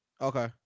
Okay